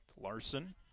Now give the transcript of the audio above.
Larson